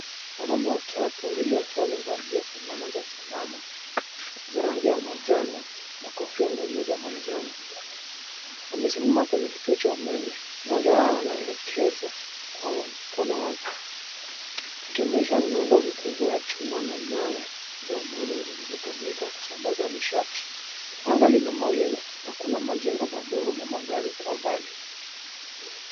Wanaume watatu wawili wakiwa wamevalia fulana za usalama za rangi ya manjano na kofia ngumu ya manjano. Wamesimama kwenye kituo cha umeme. Mmmoja wao anaelekeza kwa mkono wake akionyesha miundo mikubwa ya chuma na nyaya za umeme zilizotumika kusambaza nishati. Anga lina mawingu na kuna majengo madogo na magari kwa mbali.